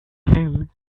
home